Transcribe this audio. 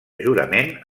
jurament